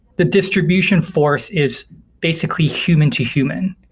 the distribution force is basically human-to-human.